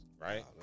right